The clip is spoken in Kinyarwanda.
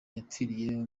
yapfiriye